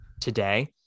today